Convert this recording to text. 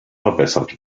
verbessert